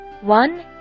one